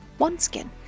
OneSkin